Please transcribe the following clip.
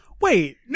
Wait